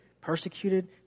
persecuted